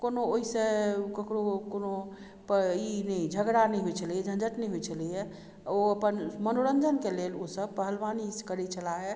कोनो ओइसँ ककरो कोनो पर ई नहि झगड़ा नहि होइ छलैए झँझट नहि होइ छलैए ओ अपन मनोरञ्जनके लेल ओसब पहलवानी करय छलाहे